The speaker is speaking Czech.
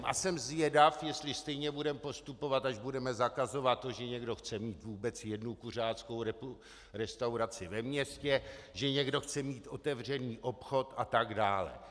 A jsem zvědav, jestli stejně budeme postupovat, až budeme zakazovat to, že někdo chce mít vůbec jednu kuřáckou restauraci ve městě, že někdo chce mít otevřený obchod atd.